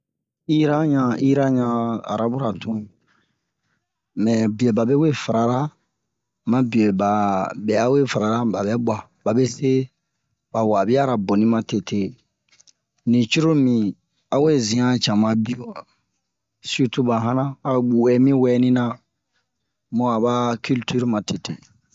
Iran ɲa iran ɲa a ba arabura tun mɛ biyo babe we farara ma biyɛ ba bɛ'a we farara mu bɛ bu'a babe se ba wa'abiyara boni ma tete ni cururu mibin a we zin han cama biyo sirtu ba hana a buwɛni mi wɛni na mu'a ba kiltir ma tete